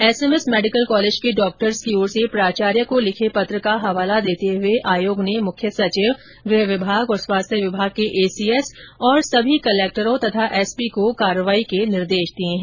SMS medical college के doctors की ओर से प्राचार्य को लिखे पत्र का हवाला देते हुए आयोग ने मुख्य सचिव गृह विभाग और स्वास्थ्य विभाग के एसीएस और सभी कलेक्टर एसपी को कार्यवाही के निर्देश दिए हैं